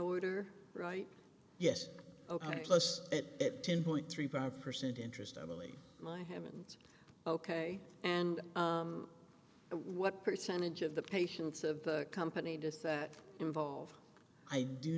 order right yes plus at ten point three five percent interest i believe my heavens ok and what percentage of the patients of the company does that involve i do